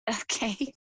Okay